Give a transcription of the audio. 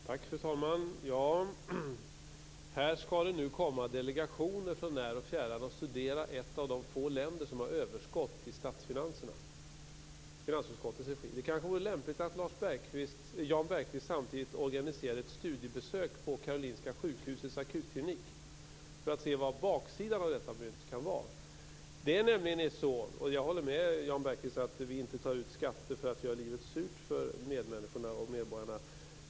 Fru talman! Här skall det nu komma delegationer från när och fjärran och i finansutskottets regi studera ett av de få länder som har överskott i statsfinanserna. Det vore kanske lämpligt att Jan Bergqvist samtidigt organiserade ett studiebesök på Karolinska sjukhusets akutklinik för att se vad baksidan av detta mynt kan vara. Jag håller med Jan Bergqvist om att vi inte tar ut skatter för att göra livet surt för medborgarna.